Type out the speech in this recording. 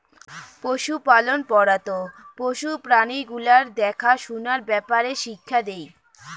পশুপালন পড়াত পশু প্রাণী গুলার দ্যাখা সুনার ব্যাপারে শিক্ষা দেই